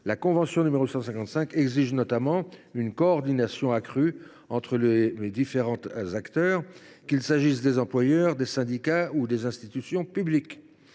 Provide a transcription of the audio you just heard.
la convention n° 155 une coordination accrue entre les différents acteurs, qu’il s’agisse des employeurs, des syndicats ou des institutions publiques.